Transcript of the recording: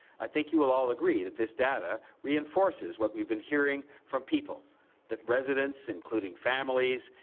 i think you will all agree that this data reinforces what we've been hearing from people that residents, including families,